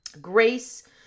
Grace